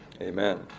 Amen